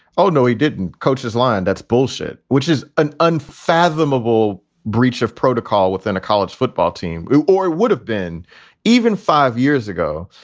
oh, no, he didn't. coaches line. that's bullshit, which is an unfathomable breach of protocol within a college football team or would have been even five years ago.